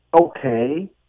okay